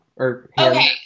Okay